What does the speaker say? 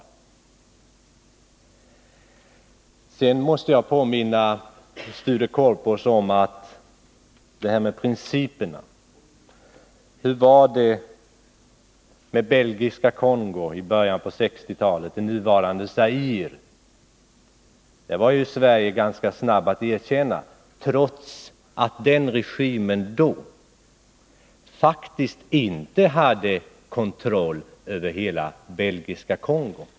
På tal om principerna måste jag påminna Sture Korpås om hur det var med Belgiska Kongo, det nuvarande Zaire, i början av 1960-talet. I det fallet kom det svenska erkännandet ganska snabbt, trots att den regim man erkände faktiskt inte hade kontroll över hela Belgiska Kongo.